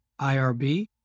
IRB